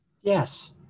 Yes